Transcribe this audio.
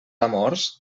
amors